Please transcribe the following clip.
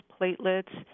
platelets